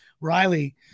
Riley